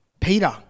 Peter